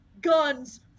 guns